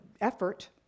effort